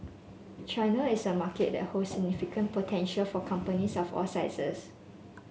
China is a market that holds significant potential for companies of all sizes